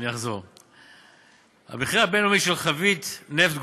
אני אחזור: המחיר הבין-לאומי של חבית נפט גולמי.